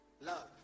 love